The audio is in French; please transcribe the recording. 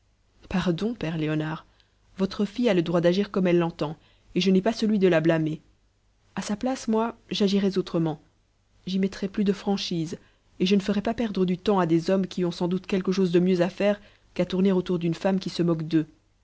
pardon père léonard votre fille a le droit d'agir comme elle l'entend et je n'ai pas celui de la blâmer a sa place moi j'agirais autrement j'y mettrais plus de franchise et je ne ferais pas perdre du temps à des hommes qui ont sans doute quelque chose de mieux à faire qu'à tourner autour d'une femme qui se moque d'eux